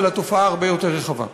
אבל התופעה הרבה יותר רחבה.